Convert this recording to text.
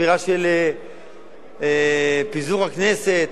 אווירה של פיזור הכנסת,